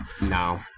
No